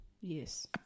Yes